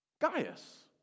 gaius